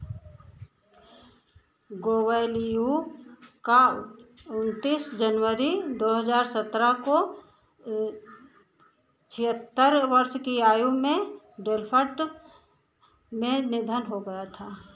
गौवेलीउव का उन्तीस जनवरी दो हज़ार सत्रह को छिहत्तर वर्ष की आयु में डेल्फ्ट में निधन हो गया था